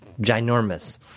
ginormous